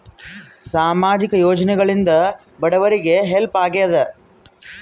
ಸಾಮಾಜಿಕ ಯೋಜನೆಗಳಿಂದ ಬಡವರಿಗೆ ಹೆಲ್ಪ್ ಆಗ್ಯಾದ?